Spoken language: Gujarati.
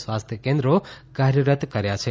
સ્વાસ્થય કેન્દ્રો કાર્યરત કર્યા છે